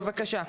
בבקשה.